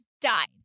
died